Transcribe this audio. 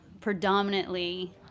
predominantly